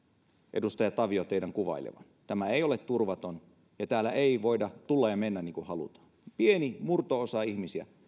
edustaja tavio teidän kuvailevan tämä ei ole turvaton ja täällä ei voida tulla ja mennä niin kuin halutaan pieni murto osa ihmisiä